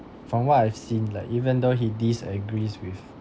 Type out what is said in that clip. from what I've seen like even though he disagrees with